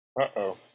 Uh-oh